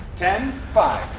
ten, five.